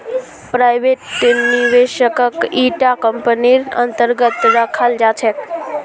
private निवेशकक इटा कम्पनीर अन्तर्गत रखाल जा छेक